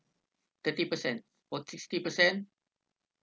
thirty percent or sixty percent